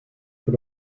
für